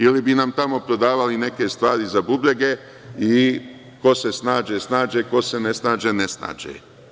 Ili bi nam tamo prodavali neke stvari za bubrege i ko se snađe, snađe, ko se ne snađe, ne snađe.